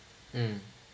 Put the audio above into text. mm